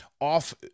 off